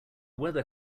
weather